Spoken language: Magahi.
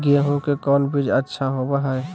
गेंहू के कौन बीज अच्छा होबो हाय?